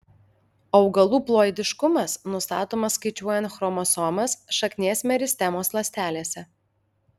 augalų ploidiškumas nustatomas skaičiuojant chromosomas šaknies meristemos ląstelėse